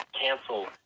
cancel